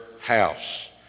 house